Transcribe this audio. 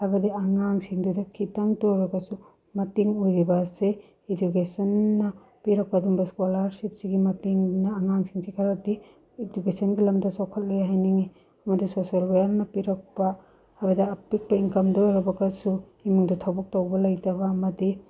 ꯍꯥꯏꯕꯗꯤ ꯑꯉꯥꯡꯁꯤꯡꯗꯨꯗ ꯈꯤꯇꯪꯇ ꯑꯣꯏꯔꯒꯁꯨ ꯃꯇꯦꯡ ꯑꯣꯏꯔꯤꯕ ꯑꯁꯤ ꯏꯗꯨꯀꯦꯁꯟꯅ ꯄꯤꯔꯛꯄ ꯑꯗꯨꯒꯨꯝꯕ ꯁ꯭ꯀꯣꯂꯔꯁꯤꯞꯁꯤꯒꯤ ꯃꯇꯦꯡꯅ ꯑꯉꯥꯡꯁꯤꯡꯁꯦ ꯈꯔꯗꯤ ꯏꯗꯨꯀꯦꯁꯟꯒꯤ ꯂꯝꯗ ꯆꯥꯎꯈꯠꯂꯦ ꯍꯥꯏꯅꯤꯡꯏ ꯃꯗꯨ ꯁꯣꯁꯦꯜ ꯋꯦꯌꯥꯔꯅ ꯄꯤꯔꯛꯄ ꯍꯥꯏꯕꯗꯤ ꯑꯄꯤꯛꯄ ꯏꯟꯀꯝꯗ ꯑꯣꯏꯔꯕꯒꯁꯨ ꯏꯃꯨꯡꯗ ꯊꯕꯛ ꯇꯧꯕ ꯂꯩꯇꯕ ꯑꯃꯗꯤ